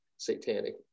Satanic